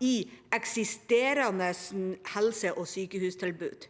i eksisterende helse- og sykehustilbud.